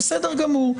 בסדר גמור.